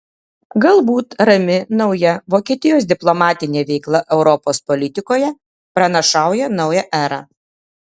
galbūt rami nauja vokietijos diplomatinė veikla europos politikoje pranašauja naują erą